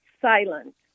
silent